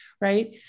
Right